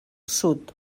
sud